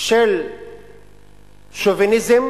של שוביניזם,